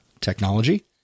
technology